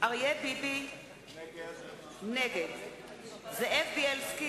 אריה ביבי, נגד זאב בילסקי,